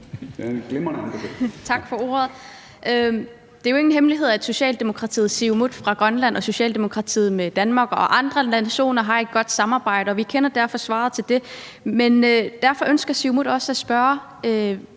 Det er jo ikke ingen hemmelighed, at Socialdemokratiet Siumut i Grønland og Socialdemokratiet i Danmark og i andre nationer har et godt samarbejde, og vi kender derfor svaret på det. Men derfor ønsker Siumut også at spørge